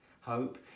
Hope